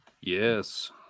Yes